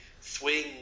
swing